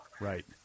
Right